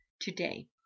today